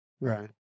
Right